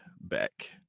back